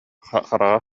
хараҕа